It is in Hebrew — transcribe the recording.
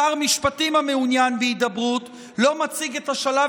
שר משפטים המעוניין בהידברות לא מציג את השלב